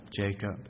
Jacob